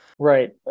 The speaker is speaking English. Right